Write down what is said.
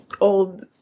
old